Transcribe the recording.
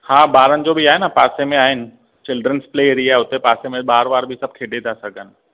हा ॿारनि जो बी आहे पासे में आहिनि चिल्ड्रेन्स प्ले एरिया हुते पासे में ॿार वार बि सभु खेॾी था सघनि